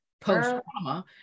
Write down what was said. post-trauma